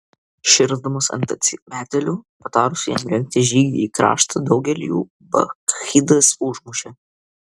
širsdamas ant atsimetėlių patarusių jam rengti žygį į kraštą daugelį jų bakchidas užmušė